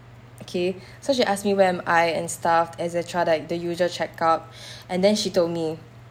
okay so she asked me where I am and stuff et cetera like the usual check up and then she told me